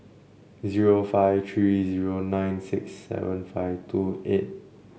zero five three zero nine six seven five two eight